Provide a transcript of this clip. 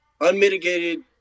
unmitigated